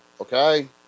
okay